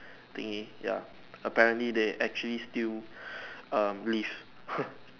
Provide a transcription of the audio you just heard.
thingy ya apparently they actually still um live